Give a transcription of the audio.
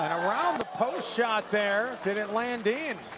around-the-post shot there. did it land in?